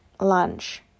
lunch